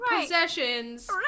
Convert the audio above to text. possessions